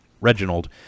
Reginald